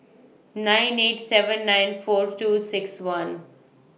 nine eight nine seven four two six one